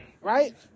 right